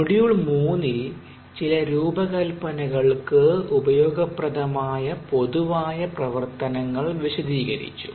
module 3 ൽ ചില രൂപകൽപനകൾക്ക് ഉപയോഗപ്രദമായ പൊതുവായ പ്രവർത്തനങ്ങൾ വിശദീകരിച്ചു